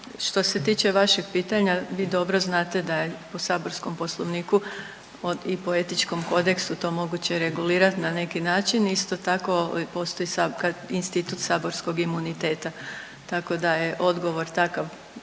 što se tiče vašeg pitanja vi dobro znate da je po saborskom poslovniku i po etičkom kodeksu to moguće regulirat na neki način, isto tako i postoji institut saborskog imuniteta, tako da je odgovor takav